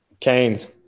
Canes